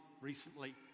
recently